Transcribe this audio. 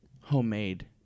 homemade